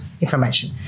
information